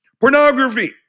Pornography